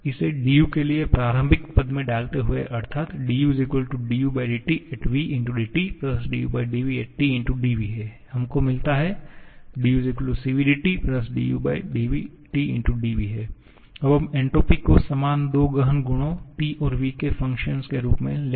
इसे du के लिए प्रारंभिक पद में डालते हुए अर्थात duu𝑇v dTuvT dv हमको मिलता है 𝑑𝑢 𝐶𝑣 𝑑𝑇 uvT dv अब हम एंट्रोपी को समान दो गहन गुणों T और v के फंक्शन के रूप में लेते हैं